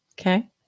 Okay